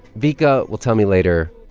vika will tell me later.